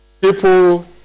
people